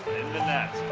the net